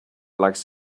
likes